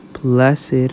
Blessed